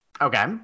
Okay